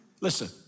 listen